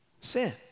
Sin